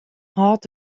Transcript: hâldt